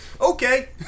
Okay